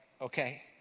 okay